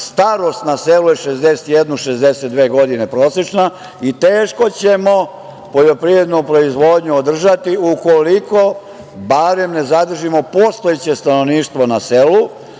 sela. Starost na selu je 61, 62 godine prosečna, i teško ćemo poljoprivrednu proizvodnju održati ukoliko barem ne zadržimo postojeće stanovništvo na selu,